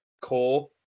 core